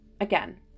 again